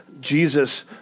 Jesus